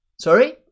Sorry